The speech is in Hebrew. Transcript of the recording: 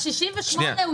ה-68,000,